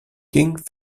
king